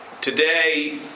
Today